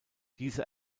diese